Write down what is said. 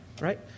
right